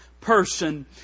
person